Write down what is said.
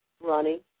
Ronnie